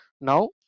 now